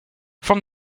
from